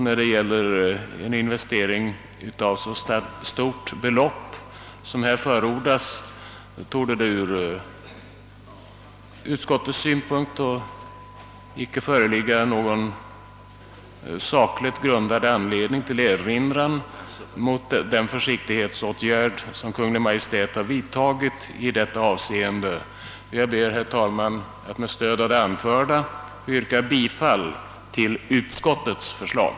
När det gäller en investering av ett så stort belopp som här förordas, torde det ur utskottets synpunkt icke föreligga någon sakligt grundad anledning till erinran mot den försiktighetsåtgärd som Kungl. Maj:t vidtagit i detta avseende. Jag ber, herr talman, att med stöd av det anförda få yrka bifall till utskottets förslag.